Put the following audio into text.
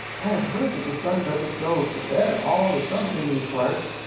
i have heard that the sun doesn't go to bed all the summer in these parts.